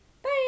Bye